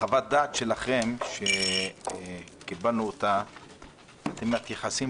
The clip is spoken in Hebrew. בחוות הדעת שלכם שקיבלנו אתם מתייחסים